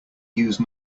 use